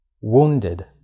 wounded